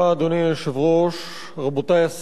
רבותי השרים, עמיתי חברי הכנסת,